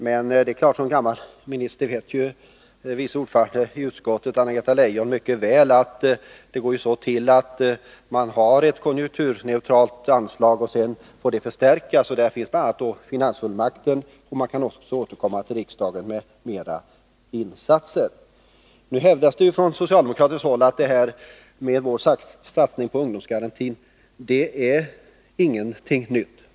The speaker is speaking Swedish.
Men som gammal minister vet ju vice ordföranden i utskottet Anna-Greta Leijon mycket väl att det går till så att man har ett konjunkturneutralt anslag och att det sedan får förstärkas — för det finns finansfullmakten, och man kan också återkomma till riksdagen beträffande mera insatser. Det hävdas från socialdemokratiskt håll att vår satsning på ungdomsgarantin inte är någonting nytt.